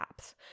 apps